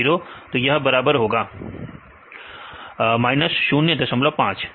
तो यह बराबर होगा विद्यार्थी माइनस 0 माइनस 05